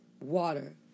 water